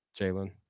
Jalen